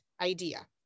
idea